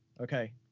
okay